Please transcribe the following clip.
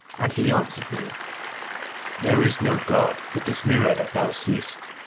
and he answered me there is no god but this mirror that thou seest,